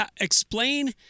explain